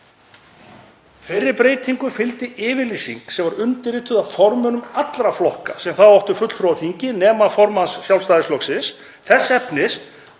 Þeirri breytingu fylgdi yfirlýsing sem var undirrituð af formönnum allra flokka sem þá áttu fulltrúa á þingi, nema formanni Sjálfstæðisflokksins, þess efnis